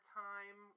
time